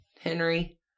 Henry